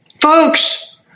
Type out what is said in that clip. Folks